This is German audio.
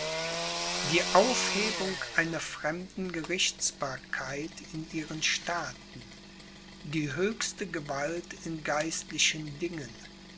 die aufhebung einer fremden gerichtsbarkeit in ihren staaten die höchste gewalt in geistlichen dingen